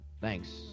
Thanks